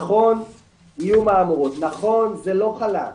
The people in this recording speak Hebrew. נכון יהיו מהמורות, נכון זה לא חלק,